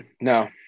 No